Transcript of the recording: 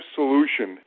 solution